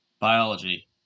Biology